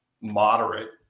moderate